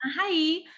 Hi